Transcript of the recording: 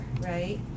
right